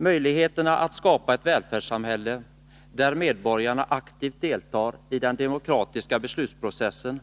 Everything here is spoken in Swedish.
Herr talman! Möjligheten att skapa ett välfärdssamhälle, där medborgarna aktivt deltar i den demokratiska beslutsprocessen